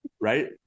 right